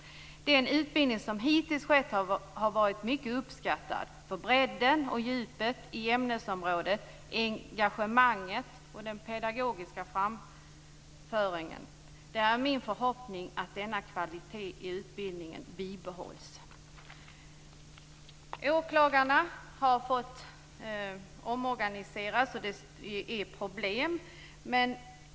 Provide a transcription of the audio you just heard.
Den utbildning som hittills skett har varit mycket uppskattad för bredden och djupet i ämnesområdet, engagemanget och det pedagogiska framförandet. Det är min förhoppning att denna kvalitet i utbildningen bibehålls. Åklagarna har omorganiserats, och det har inneburit problem.